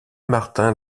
martin